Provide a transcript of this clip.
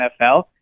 NFL